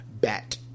Bat